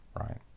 right